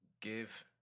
give